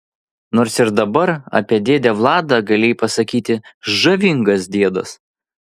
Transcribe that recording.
nors ir dabar apie dėdę vladą galėjai pasakyti žavingas diedas